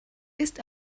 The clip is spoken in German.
ist